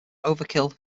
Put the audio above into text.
overkill